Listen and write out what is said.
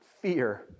fear